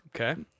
Okay